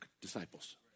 disciples